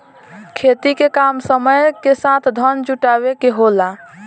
खेती के काम समय के साथ धन जुटावे के होला